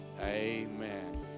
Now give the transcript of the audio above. Amen